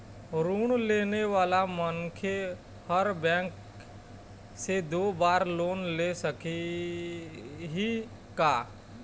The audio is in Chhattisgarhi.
ऋण लेने वाला मनखे हर बैंक से दो बार लोन ले सकही का?